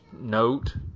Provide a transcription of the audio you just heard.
note